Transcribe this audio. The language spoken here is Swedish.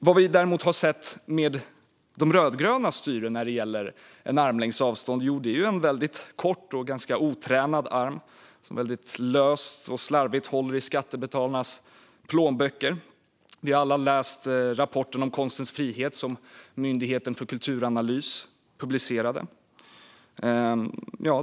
Vad vi såg när det gäller armlängds avstånd under de rödgrönas styre var en väldigt kort och ganska otränad arm som väldigt löst och slarvigt håller i skattebetalarnas plånböcker. Vi har alla läst rapporten om konstens frihet som Myndigheten för kulturanalys publicerade.